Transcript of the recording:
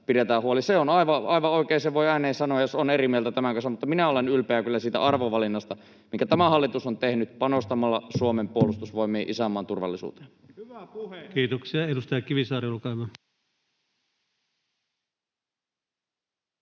Se on aivan oikein. Sen voi ääneen sanoa, jos on eri mieltä tämän kanssa, mutta minä olen ylpeä kyllä siitä arvovalinnasta, minkä tämä hallitus on tehnyt panostamalla Suomen puolustusvoimiin ja isänmaan turvallisuuteen. Kiitoksia. — Edustaja Kivisaari, olkaa